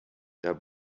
der